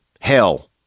Hell